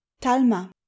Talma